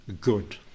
good